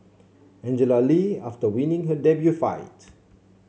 Angela Lee after winning her debut fight